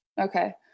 Okay